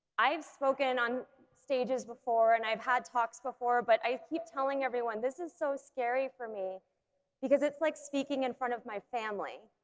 i've spoken on stages before and i've had talks before but i keep telling everyone this is so scary for me because it's like speaking in front of my family.